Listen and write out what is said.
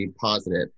positive